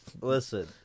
listen